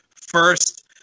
First